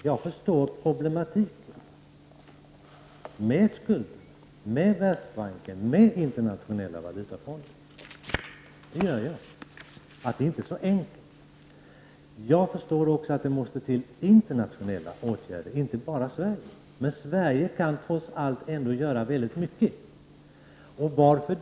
Jag förstår problematiken med skuldfrågan, Världsbanken och Internationella valutafonden. Jag förstår att det inte är så enkelt. Jag förstår också att det måste till internationella åtgärder. Det är inte bara Sverige som skall agera, men Sverige kan trots allt ändå göra väldigt mycket. Varför?